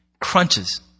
crunches